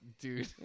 Dude